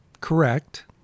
correct